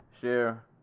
share